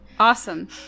awesome